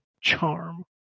charm